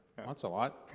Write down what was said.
that's a lot.